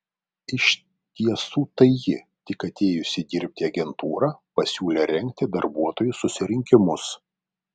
iš tiesų tai ji tik atėjusi dirbti į agentūrą pasiūlė rengti darbuotojų susirinkimus